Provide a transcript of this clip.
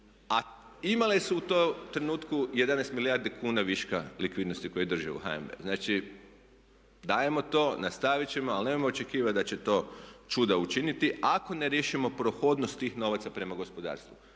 A imale su u tom trenutku 11 milijardi kuna viška likvidnosti …/Ne razumije se./… HNB. Znači, dajemo to, nastavit ćemo ali nemojmo očekivati da će to čuda učiniti ako ne riješimo prohodnost tih novaca prema gospodarstvu.